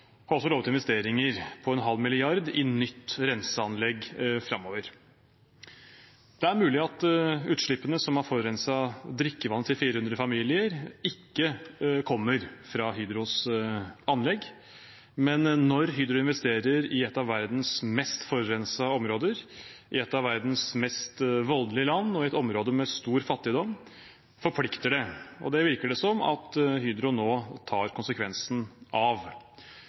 også lovet investeringer på 0,5 mrd. kr i nytt renseanlegg framover. Det er mulig at utslippene som har forurenset drikkevannet til 400 familier, ikke kommer fra Hydros anlegg, men når Hydro investerer i et av verdens mest forurensede områder, i et av verdens mest voldelige land og i et område med stor fattigdom, forplikter det. Og det virker det som at Hydro nå tar konsekvensen av.